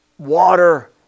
Water